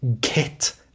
get